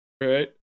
Right